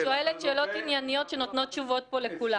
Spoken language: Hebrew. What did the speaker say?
אני שואלת שאלות ענייניות שנותנות תשובות פה לכולם.